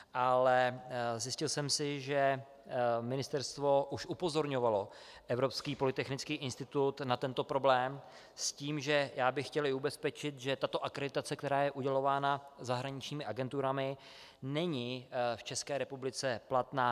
Ale zjistil jsem si, že ministerstvo už upozorňovalo Evropský polytechnický institut na tento problém s tím, že bych chtěl i ubezpečit, že tato akreditace, která je udělována zahraničními agenturami, není v České republice platná.